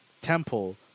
Temple